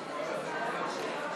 רבותי, אנחנו ממשיכים בסדר-היום